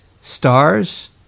stars